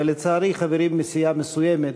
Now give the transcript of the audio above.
ולצערי חברים מסיעה מסוימת